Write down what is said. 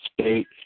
state